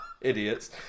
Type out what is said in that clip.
Idiots